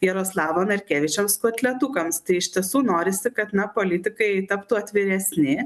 jaroslavo narkevičiaus kotletukams tai iš tiesų norisi kad politikai taptų atviresni